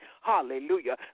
Hallelujah